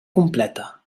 completa